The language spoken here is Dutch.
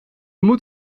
moet